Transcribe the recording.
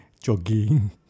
jogging